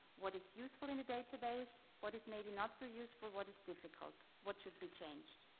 what is useful in the database, what is maybe not so useful, what is difficult, what should be changed.